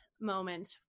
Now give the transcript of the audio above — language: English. moment